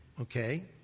Okay